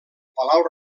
palau